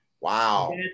Wow